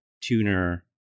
tuner